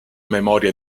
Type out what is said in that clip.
memoria